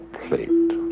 plate